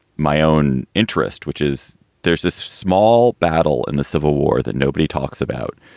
my own interest, which is there's this small battle in the civil war that nobody talks about,